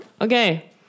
okay